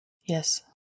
Yes